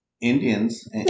Indians